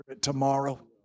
tomorrow